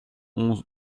onze